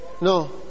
No